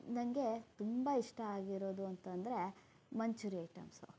ನನಗೆ ತುಂಬ ಇಷ್ಟ ಆಗಿರೋದು ಅಂತಂದರೆ ಮಂಚೂರಿ ಐಟಮ್ಸು